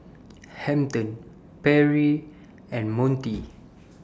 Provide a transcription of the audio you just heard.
Hampton Perri and Montie